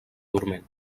dorment